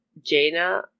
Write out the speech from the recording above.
Jaina